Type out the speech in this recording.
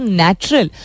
natural